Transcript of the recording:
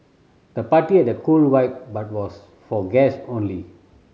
the party had a cool vibe but was for guest only